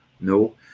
No